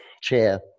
chair